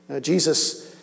Jesus